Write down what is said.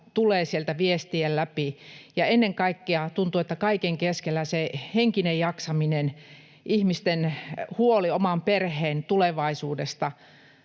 sieltä viestien läpi, ja ennen kaikkea kaiken keskellä se henkinen jaksaminen ja ihmisten huoli oman perheen tulevaisuudesta